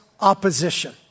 opposition